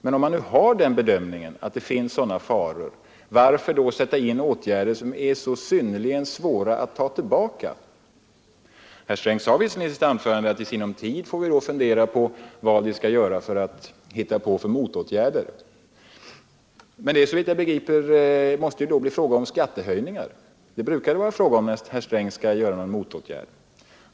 Men om man nu har den bedömningen att det finns sådana faror, varför då sätta in åtgärder som är så synnerligen svåra att ta tillbaka? Herr Sträng sade visserligen i sitt anförande att i sinom tid får vi fundera på vad vi skall hitta på för motåtgärder. Men det måste såvitt jag begriper då bli fråga om skattehöjningar. Det brukar det vara fråga om när herr Sträng skall vidta någon motåtgärd.